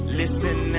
listen